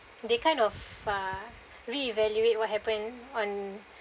they kind of uh re-evaluate what happened on